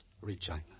Regina